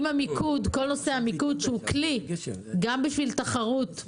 כל נושא המיקוד שהוא כלי בשביל תחרות,